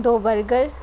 दो बर्गर